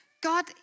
God